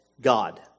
God